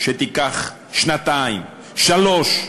שתיקח שנתיים, שלוש שנים,